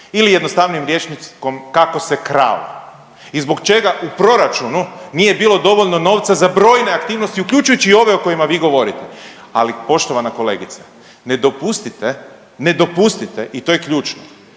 ili jednostavnijim rječnikom, kako se kralo i zbog čega u proračunu nije bilo dovoljno novca za brojne aktivnosti, uključujući i ove o kojima vi govorite, ali poštovana kolegice, ne dopustite, ne dopustite i to je ključno,